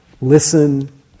listen